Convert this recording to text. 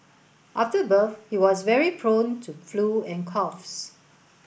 after birth he was very prone to flu and coughs